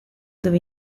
dove